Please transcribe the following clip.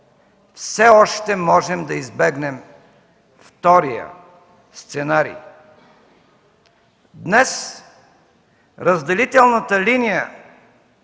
Все още можем да избегнем втория сценарий. Днес разделителната линия